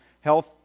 health